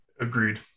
agreed